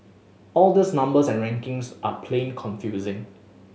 all these numbers and rankings are plain confusing